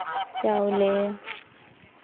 ᱪᱟᱣᱞᱮ